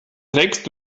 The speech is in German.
trägst